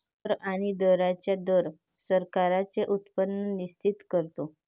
कर आणि दरांचा दर सरकारांचे उत्पन्न निश्चित करतो